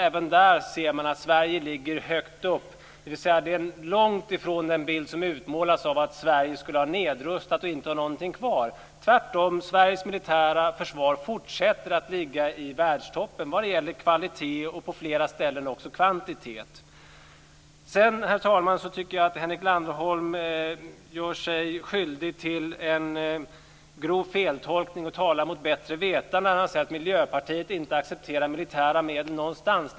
Även då ser man att Sverige ligger högt upp. Det är alltså långt från den bild som utmålas av att Sverige skulle ha nedrustat och inte ha någonting kvar. Tvärtom fortsätter Sveriges militära försvar att ligga i världstoppen när det gäller kvalitet och på flera ställen också kvantitet. Herr talman! Jag tycker att Henrik Landerholm gör sig skyldig till en grov feltolkning och talar mot bättre vetande när han säger att Miljöpartiet inte accepterar militära medel någonstans.